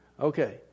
Okay